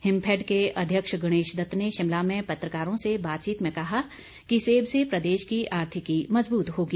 हिमफैड के अध्यक्ष गणेशदत्त ने शिमला में पत्राकारों से बातचीत में कहा कि सेब से प्रदेश की आर्थिकी मजबूत होगी